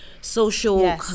social